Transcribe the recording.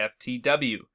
FTW